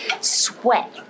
sweat